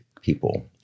people